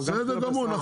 גם של הבשר,